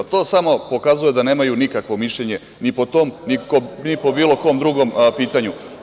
To samo pokazuje da nemaju nikakvo mišljenje ni po tom, ni po bilo kom pitanju.